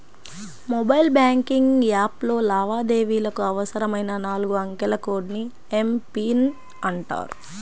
mobile banking యాప్లో లావాదేవీలకు అవసరమైన నాలుగు అంకెల కోడ్ ని ఎమ్.పిన్ అంటారు